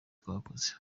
twakoze